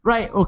Right